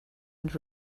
and